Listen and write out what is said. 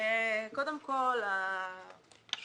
אני